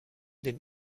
den